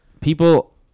people